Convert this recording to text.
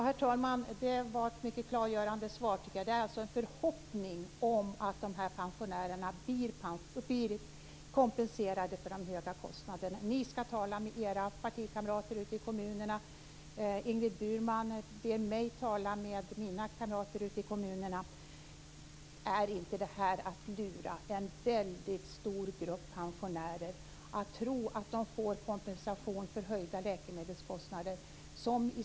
Herr talman! Det var ett mycket klargörande svar. Det är alltså en förhoppning om att dessa pensionärer blir kompenserade för de höga kostnaderna. Ni skall tala med era partikamrater ute i kommunerna, och Ingrid Burman ber mig att tala med mina kamrater i kommunerna. Är inte det att lura en väldigt stor grupp pensionärer att tro att de får kompensation för höjda läkemedelskostnader?